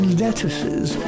lettuces